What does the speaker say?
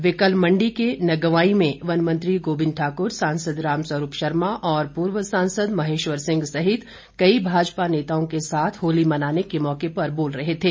वे कल मंडी के नगवाई में वनमंत्री गोविंद ठाकुर सांसद रामस्वरूप शर्मा और पूर्व सांसद महेश्वर सिंह सहित कई भाजपा नेताओं के साथ होली मनाने के मौके पर बोल रहे थे